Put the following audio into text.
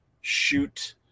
shoot